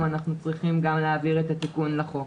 אנחנו צריכים גם להעביר את התיקון לחוק.